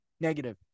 negative